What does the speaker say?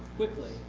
quickly,